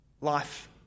Life